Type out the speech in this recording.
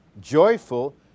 joyful